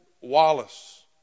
Wallace